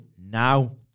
now